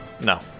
No